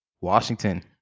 Washington